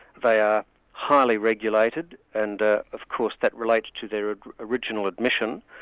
they are highly regulated, and ah of course that relates to their original admission,